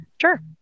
Sure